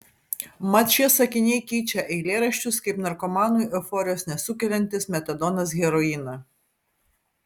mat šie sakiniai keičia eilėraščius kaip narkomanui euforijos nesukeliantis metadonas heroiną